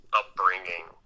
upbringing